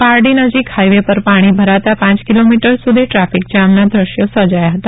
પારડી નજીક હાઇવે પર પાણી ભરાતા પાંચ કિલોમીટર સુધી ટ્રાફિકજામના દેશ્યો સર્જાયા હતા